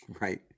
right